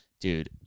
Dude